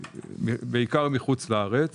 בעיקר מחוץ לארץ